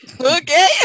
Okay